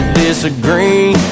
disagree